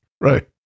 Right